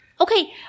Okay